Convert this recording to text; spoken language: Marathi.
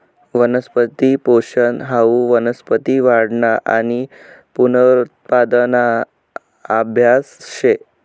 वनस्पती पोषन हाऊ वनस्पती वाढना आणि पुनरुत्पादना आभ्यास शे